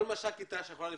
כל המש"קיות תנאי שירות בצה"ל,